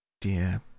Dear